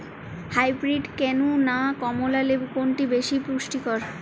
Hybrid কেনু না কমলা লেবু কোনটি বেশি পুষ্টিকর?